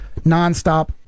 nonstop